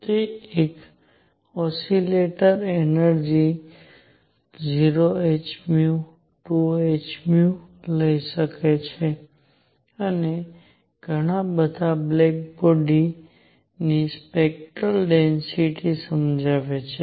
તે એક oscillator energy 0 h 2 h લઈ શકે છે અને ઘણા બધા બ્લેક બોડી ની સ્પેક્ટરલ ડેન્સિટિ સમજાવે છે